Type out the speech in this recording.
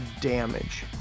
damage